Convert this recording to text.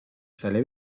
sale